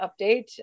update